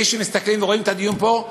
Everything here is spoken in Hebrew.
אלה שמסתכלים ורואים את הדיון פה,